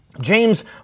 James